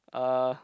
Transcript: uh